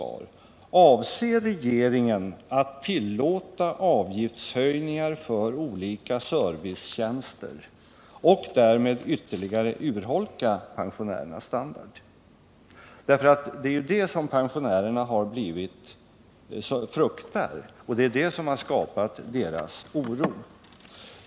Avser regeringen att tillåta avgiftshöjningar för olika servicetjänster och därmed ytterligare urholka pensionärernas standard? Det är detta pensionärerna fruktar, och det är det som har skapat deras oro.